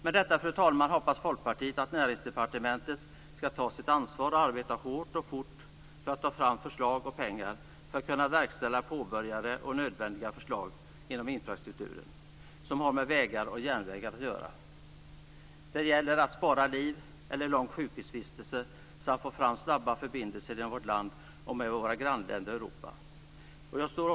Med detta, fru talman, hoppas Folkpartiet att Näringsdepartementet skall ta sitt ansvar och arbeta hårt och fort för att ta fram förslag och pengar för att kunna verkställa påbörjade och nödvändiga förslag inom den infrastruktur som har med vägar och järnvägar att göra. Det gäller att spara liv eller långa sjukhusvistelser samt att få fram snabba förbindelser inom vårt land och med våra grannländer och det övriga Europa.